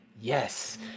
yes